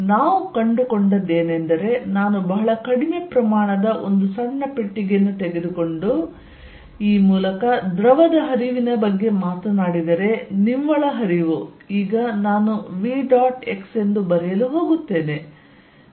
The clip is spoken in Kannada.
ನಾವು ಕಂಡುಕೊಂಡದ್ದೇನೆಂದರೆ ನಾನು ಬಹಳ ಕಡಿಮೆ ಪ್ರಮಾಣದ ಒಂದು ಸಣ್ಣ ಪೆಟ್ಟಿಗೆಯನ್ನು ತೆಗೆದುಕೊಂಡು ಈ ಮೂಲಕ ದ್ರವದ ಹರಿವಿನ ಬಗ್ಗೆ ಮಾತನಾಡಿದರೆ ನಿವ್ವಳ ಹರಿವು ಈಗ ನಾನು v ಡಾಟ್ x ಎಂದು ಬರೆಯಲು ಹೋಗುತ್ತೇನೆ